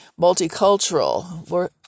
multicultural